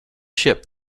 ship